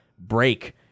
break